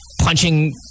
punching